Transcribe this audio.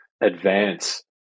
advance